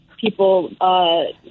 people